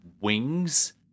wings